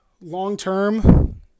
long-term